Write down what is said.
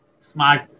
smart